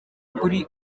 kuri